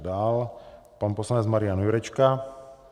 Dál pan poslanec Marián Jurečka.